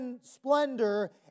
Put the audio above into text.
splendor